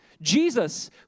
Jesus